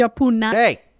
Hey